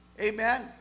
Amen